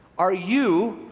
are you,